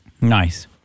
Nice